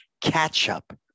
catch-up